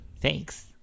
Thanks